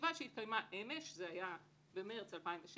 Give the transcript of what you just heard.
בישיבה שהתקיימה אמש- זה היה במרס 2016